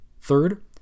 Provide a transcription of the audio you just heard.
Third